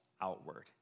Outward